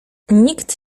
nikt